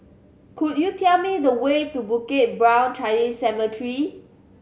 could you tell me the way to Bukit Brown Chinese Cemetery